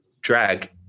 drag